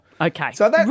Okay